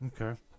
Okay